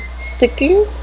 sticking